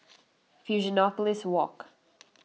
Fusionopolis Walk